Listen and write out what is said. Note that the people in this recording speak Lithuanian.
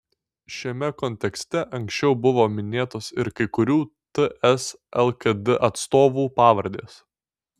šiame kontekste anksčiau buvo minėtos ir kai kurių ts lkd atstovų pavardės